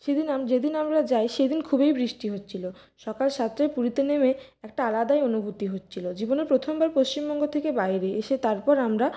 সেদিন যেদিন আমরা যাই সেদিন খুবই বৃষ্টি হচ্ছিলো সকাল সাতটায় পুরীতে নেমে একটা আলাদাই অনুভূতি হচ্ছিলো জীবনে প্রথমবার পশ্চিমবঙ্গ থেকে বাইরে এসে তারপর আমরা